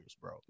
bro